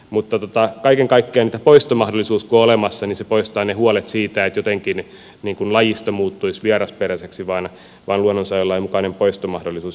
mutta kaiken kaikkiaan poistomahdollisuus kun on olemassa niin se poistaa ne huolet siitä että jotenkin lajisto muuttuisi vierasperäiseksi vaan luonnonsuojelulain mukainen poistomahdollisuus jatkossakin säilyy